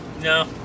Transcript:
No